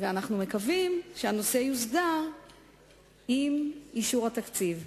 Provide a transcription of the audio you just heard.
ואנחנו מקווים שהנושא יוסדר עם אישור התקציב.